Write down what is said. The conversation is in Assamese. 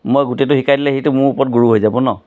মই গোটেইটো শিকাই দিলে সিতো মোৰ ওপৰত গুৰু হৈ যাব ন